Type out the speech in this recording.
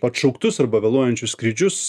atšauktus arba vėluojančius skrydžius